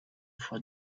for